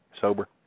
sober